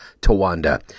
Tawanda